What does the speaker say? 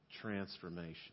transformation